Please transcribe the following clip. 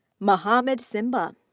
mohammed simba.